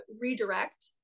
redirect